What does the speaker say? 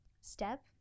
step